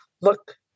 look